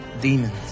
demons